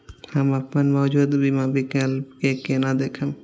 हम अपन मौजूद बीमा विकल्प के केना देखब?